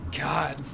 God